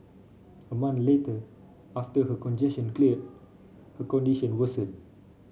a month later after her congestion cleared her condition worsened